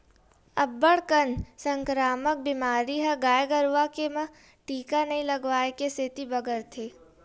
अब्बड़ कन संकरामक बेमारी ह गाय गरुवा के म टीका नइ लगवाए के सेती बगरथे